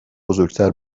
بزرگتر